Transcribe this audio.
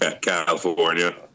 California